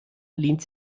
lehnt